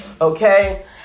okay